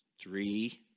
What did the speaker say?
three